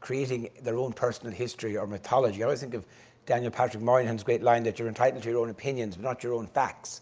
creating their own personal history or mythology. i always think of daniel patrick moynihan's great line that you're entitled to your own opinions, but not your own facts.